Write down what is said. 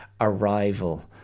arrival